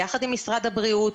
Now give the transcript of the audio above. ביחד עם משרד הבריאות,